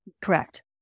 Correct